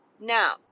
Now